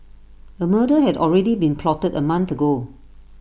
A murder had already been plotted A month ago